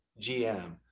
GM